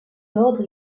ordre